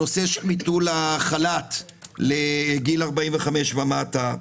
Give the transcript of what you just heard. הנושא של ביטול החל"ת לגיל 45 ומטה,